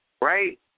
right